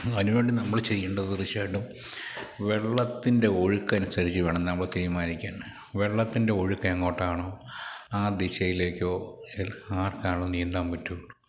അതിനുവേണ്ടി നമ്മൾ ചെയ്യേണ്ടത് തീർച്ചയായിട്ടും വെള്ളത്തിൻ്റെ ഒഴുക്കനുസരിച്ച് വേണം നമ്മൾ തീരുമാനിക്കാൻ വെള്ളത്തിൻ്റെ ഒഴുക്ക് എങ്ങോട്ടാണോ ആ ദിശയിലേക്കോ ആർക്കാണ് നീന്താൻ പറ്റുകയുള്ളൂ